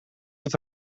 dat